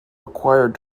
required